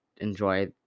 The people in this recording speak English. enjoy